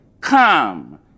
Come